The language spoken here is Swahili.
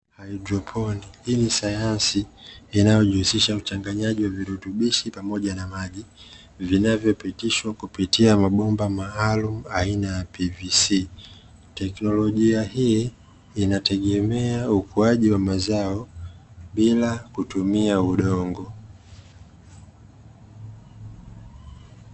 Hydroponi, hii ni sayansi inayojihusisha uchanganyaji wa virutubishi pamoja na maji vinavyopitishwa kupitia mabomba maalum aina ya "PVC". Teknolojia hii inategemea ukuaji wa mazao bila kutumia udongo.